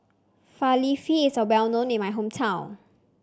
falafel is well known in my hometown